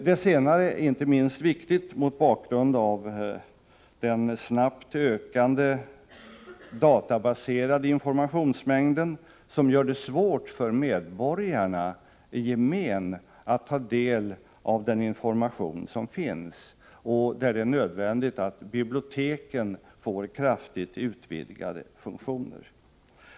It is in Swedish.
Det senare är inte minst viktigt mot bakgrund av den snabbt ökande databaserade informationsmängden, som gör det svårt för medborgarna i gemen att ta del av den information som finns. Detta gör det nödvändigt att biblioteken får kraftigt utvidgade funktioner.